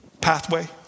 Pathway